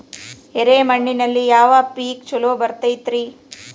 ಎರೆ ಮಣ್ಣಿನಲ್ಲಿ ಯಾವ ಪೇಕ್ ಛಲೋ ಬರತೈತ್ರಿ?